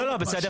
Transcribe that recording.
לא, לא.